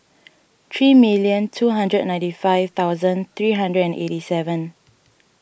three million two hundred ninety five thousand three hundred and eighty seven